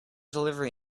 delivery